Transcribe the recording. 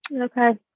Okay